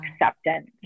acceptance